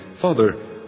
Father